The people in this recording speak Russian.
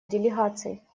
делегаций